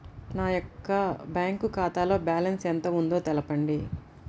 నా యొక్క బ్యాంక్ ఖాతాలో బ్యాలెన్స్ ఎంత ఉందో తెలపండి?